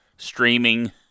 streaming